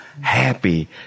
happy